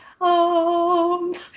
home